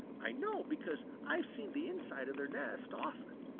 i know because i've seen the inside of their nest often.